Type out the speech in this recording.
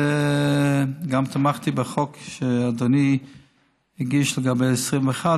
גם תמכתי בחוק שאדוני הגיש לגבי 21,